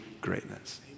greatness